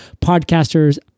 podcasters